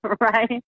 Right